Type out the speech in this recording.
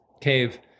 cave